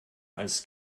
als